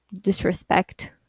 disrespect